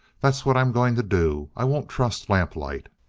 that's what i'm going to do. i won't trust lamplight.